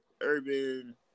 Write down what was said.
urban